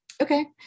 Okay